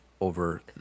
over